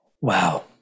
Wow